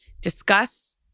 discuss